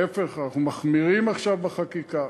להפך, אנחנו מחמירים עכשיו בחקיקה.